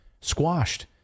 Squashed